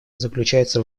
заключается